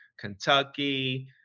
kentucky